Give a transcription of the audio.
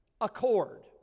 accord